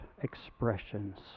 expressions